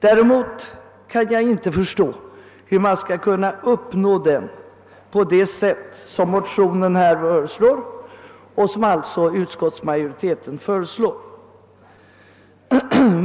Däremot kan jag inte förstå hur man skall kunna uppnå den på det sätt som föreslås i motionen och som alltså utskottsmajoriteten tillstyrker.